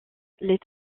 les